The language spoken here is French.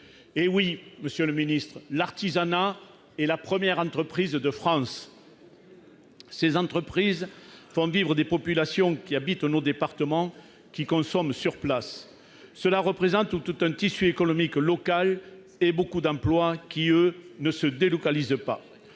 Eh oui, monsieur le ministre, l'artisanat est la première entreprise de France ! Ses entreprises font vivre des populations qui habitent nos départements et qui consomment sur place. C'est tout un tissu économique local, qui représente beaucoup d'emplois non délocalisables.